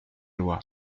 loi